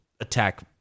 attack